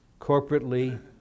Corporately